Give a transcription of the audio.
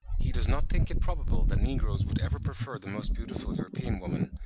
he does not think it probable that negroes would ever prefer the most beautiful european woman,